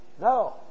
No